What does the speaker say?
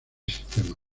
sistema